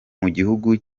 mugihugu